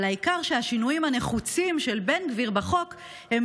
אבל העיקר שהשינויים הנחוצים של בן גביר בחוק הם